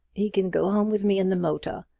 he can go home with me in the motor.